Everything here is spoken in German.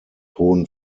hohen